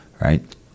Right